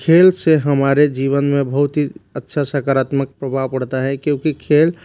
खेल से हमारे जीवन में बहुत ही अच्छा सकारात्मक प्रभाव पड़ता है क्योकि खेल